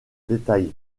détail